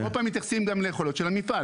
באירופה הם מתייחסים גם ליכולות של המפעל.